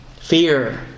Fear